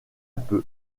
peu